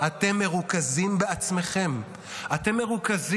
חצי מהעם לא יוכל להביע אמון בוועדת חקירה שמורכבת